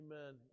Amen